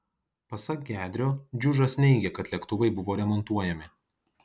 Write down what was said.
pasak gedrio džiužas neigė kad lėktuvai buvo remontuojami